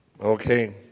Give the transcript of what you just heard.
Okay